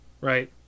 right